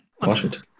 Washington